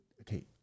okay